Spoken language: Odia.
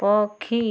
ପକ୍ଷୀ